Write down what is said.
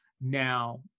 now